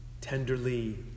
tenderly